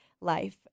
life